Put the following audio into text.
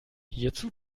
hierzu